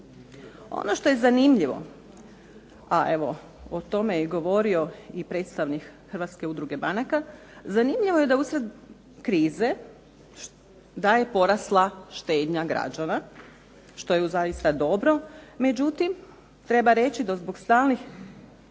Ono što je zanimljivo, a evo o tome je i govorio i predstavnik Hrvatske udruge banaka, zanimljivo je da usred krize da je porasla štednja građana što je zaista dobro. Međutim, treba reći da zbog stalnih